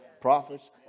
prophets